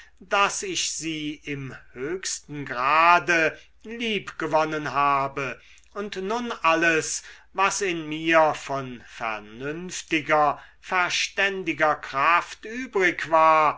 daß ich sie im höchsten grade liebgewonnen habe und nun alles was in mir von vernünftiger verständiger kraft übrig war